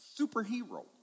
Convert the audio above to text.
superhero